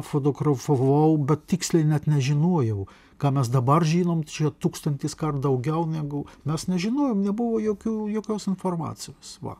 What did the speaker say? fotografavau bet tiksliai net nežinojau ką mes dabar žinom čia tūkstantis kart daugiau negu mes nežinojom nebuvo jokių jokios informacijos va